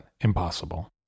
impossible